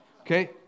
Okay